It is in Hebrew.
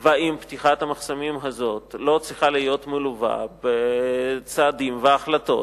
והאם פתיחת המחסומים הזאת לא צריכה להיות מלווה בצעדים והחלטות